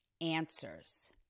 answers